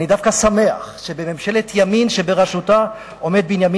אני דווקא שמח שבממשלת ימין שבראשותה עומד בנימין